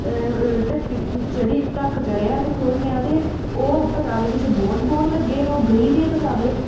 अ ढक्की चढ़ी ढक्क चढ़ेआ ते थोह्ड़ा नेहा ते ओह् पतावे किश बौह्न बौह्न लगे ओह् बेही दे पतावे